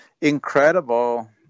incredible